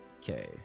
Okay